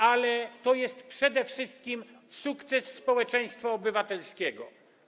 Ale to jest przede wszystkim sukces społeczeństwa obywatelskiego.